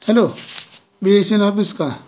hello B S N office का